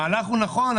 המהלך הוא נכון,